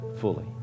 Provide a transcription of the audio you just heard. fully